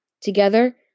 Together